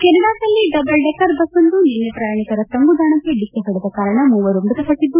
ಕೆನಡಾದಲ್ಲಿ double decker ಬಸ್ಲೊಂದು ನಿನ್ನೆ ಪ್ರಯಾಣಿಕ ತಂಗುದಾಣಕ್ಕೆ ಡಿಕ್ಕಿ ಹೊಡೆದ ಕಾರಣ ಮೂವರು ಮೃತಪಟ್ಲದ್ದು